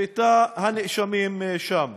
בתא הנאשמים, נאשם.